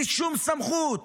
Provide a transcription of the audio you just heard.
בלי שום סמכות,